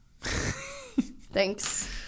Thanks